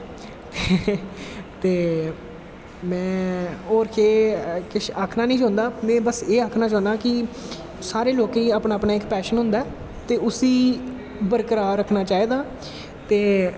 ते होर में केह् कुश आक्खनां नी चांह्दा में बस एह् आक्खनां चाह्नां कि सारें लोकें गी अपनां अपनां इक पैशन होंदा ऐ ते उसी बरकरार रक्खनां चाही दा ते